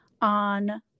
on